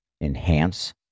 enhance